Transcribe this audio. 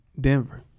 Denver